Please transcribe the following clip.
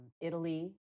Italy